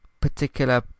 particular